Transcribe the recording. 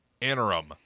interim